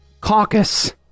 caucus